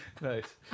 Nice